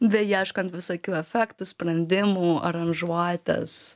beieškant visokių efektų sprendimų aranžuotės